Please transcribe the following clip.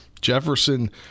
Jefferson